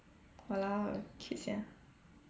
!walao! cute sia